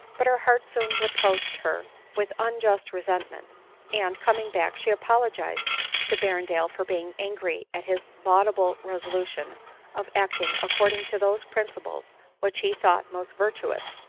but her heart soon reproached her with unjust resent ment and, coming back, she apologized to berrendale for being angry at his laudable resolution of acting accord ing to those principles which he thought most virtuous,